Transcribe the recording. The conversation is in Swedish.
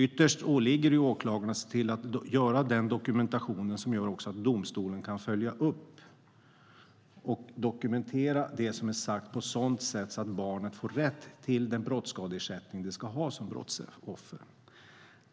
Ytterst åligger det åklagaren att se till att göra den dokumentation som innebär att domstolen kan följa upp och dokumentera det som är sagt på ett sådant sätt att barnet får rätt till den brottsskadeersättning det ska ha som brottsoffer.